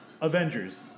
Avengers